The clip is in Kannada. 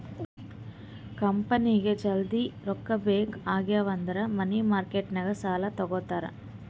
ಕಂಪನಿಗ್ ಜಲ್ದಿ ರೊಕ್ಕಾ ಬೇಕ್ ಆಗಿವ್ ಅಂದುರ್ ಮನಿ ಮಾರ್ಕೆಟ್ ನಾಗ್ ಸಾಲಾ ತಗೋತಾರ್